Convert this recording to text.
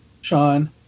Sean